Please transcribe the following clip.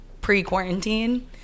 pre-quarantine